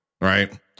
Right